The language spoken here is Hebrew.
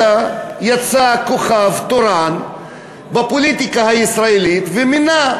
אלא יצא כוכב תורן בפוליטיקה הישראלית ומינה,